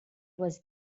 was